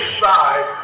side